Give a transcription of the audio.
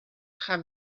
have